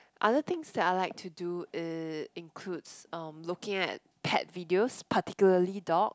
other things that I like to do eh includes um looking at pet videos particularly dog